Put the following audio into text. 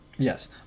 Yes